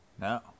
No